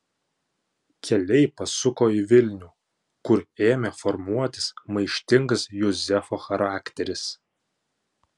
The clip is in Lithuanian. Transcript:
keliai pasuko į vilnių kur ėmė formuotis maištingas juzefo charakteris